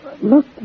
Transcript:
Look